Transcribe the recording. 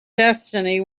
destiny